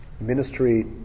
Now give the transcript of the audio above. ministry